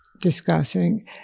discussing